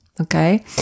Okay